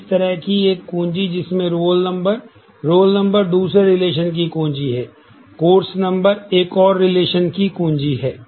अब इस तरह की एक कुंजी जिसमें रोल नंबर रोल नंबर दूसरे रिलेशन की कुंजी है कोर्स नंबर एक और रिलेशन की कुंजी है